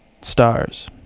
stars